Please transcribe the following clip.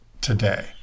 today